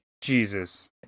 Jesus